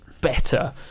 better